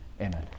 Amen